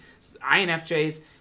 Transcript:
INFJs